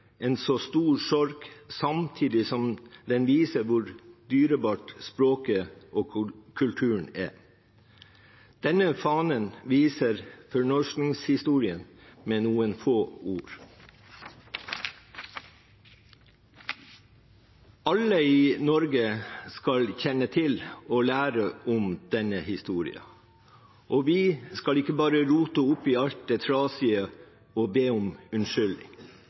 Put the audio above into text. en så stor sorg, samtidig som den viser hvor dyrebart språket og kulturen er. Denne fanen viser fornorskingshistorien med noen få ord. Alle i Norge skal kjenne til og lære om denne historien. Og vi skal ikke bare rote opp i alt det trasige og be om unnskyldning,